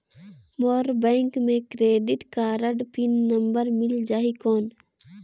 मोर bank मे credit card pin number मिल जाहि कौन?